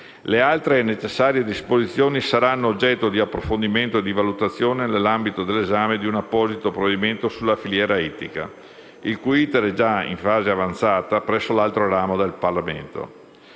Le altre necessarie disposizioni saranno oggetto di approfondimento e di valutazione nell'ambito dell'esame di un apposito provvedimento sulla filiera ittica, il cui *iter* è già in una fase avanzata presso l'altro ramo del Parlamento.